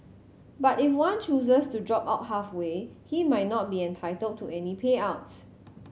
but if one chooses to drop out halfway he might not be entitled to any payouts